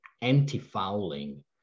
anti-fouling